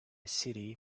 city